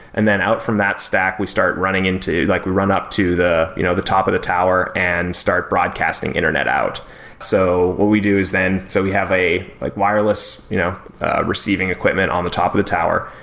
and then out from that stack we start running into like we run up to the you know the top of the tower and start broadcasting internet out so what we do is then so we have a like wireless you know ah receiving equipment on the top of the tower,